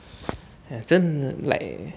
!aiya! 真的 like